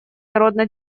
народно